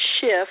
shift